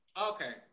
Okay